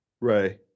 Ray